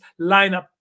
lineup